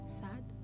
sad